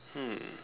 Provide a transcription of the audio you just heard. hmm